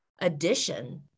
addition